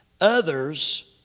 Others